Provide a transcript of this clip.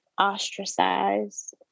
ostracized